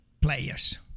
players